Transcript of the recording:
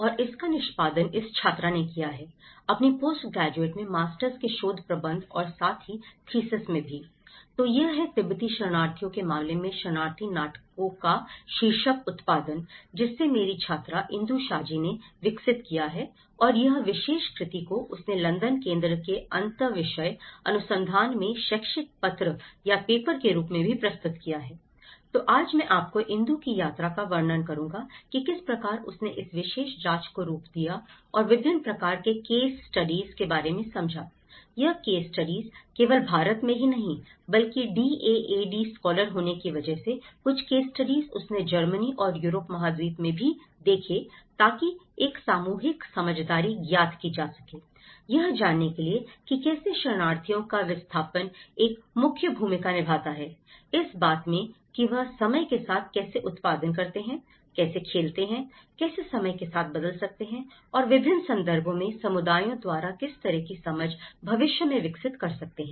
और इसका निष्पादन इस छात्रा ने किया है अपनी पोस्ट ग्रेजुएट मैं मास्टर्स के शोद प्रबंध और साथ ही थीसिस में भीI तो यह है तिब्बती शरणार्थियों के मामले में शरणार्थी नाटकों का शीर्षक उत्पादन जिससे मेरी छात्रा इंदु शाजी ने विकसित किया है और यह विशेष कृति को उसने लंदन केंद्र के अंतःविषय अनुसंधान मैं शैक्षिक पत्र या पेपर के रूप में भी प्रस्तुत किया हैI तो आज मैं आपको इंदु की यात्रा का वर्णन करूंगा कि किस प्रकार उसने इस विशेष जांच को रूप दिया और विभिन्न प्रकार के केस स्टडीज के बारे में समझा यह केस स्टडीज केवल भारत में ही नहीं बल्कि डीएएडी स्कॉलर होने की वजह से कुछ केस स्टडीज उसने जर्मनी और यूरोपीय महाद्वीप में भी देखें ताकि एक सामूहिक समझदारी ज्ञात की जा सके यह जानने के लिए कि कैसे शरणार्थियों का विस्थापन एक मुख्य भूमिका निभाता है इस बात में की वह समय के साथ कैसे उत्पादन करते हैं कैसे खेलते हैं कैसे समय के साथ बदल सकते हैं और विभिन्न संदर्भों में समुदायों द्वारा किस तरह की समझ भविष्य में विकसित कर सकते हैं